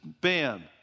bam